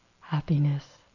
happiness